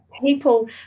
people –